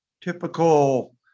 typical